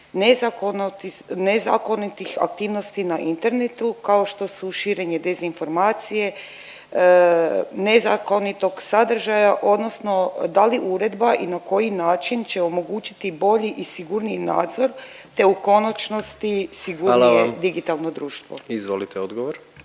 nezakonitih aktivnosti na internetu kao što su širenje dezinformacije nezakonitog sadržaja odnosno da li uredba i na koji način će omogućiti bolji i sigurniji nadzor, te u konačnici… …/Upadica predsjednik: Hvala vam./… …sigurnije